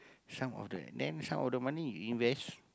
some of the then some of the money you invest